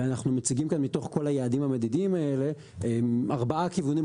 ואנחנו מציגים כאן מתוך על היעדים המדידים האלה ארבעה כיוונים,